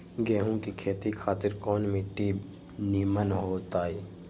गेंहू की खेती खातिर कौन मिट्टी निमन हो ताई?